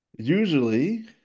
Usually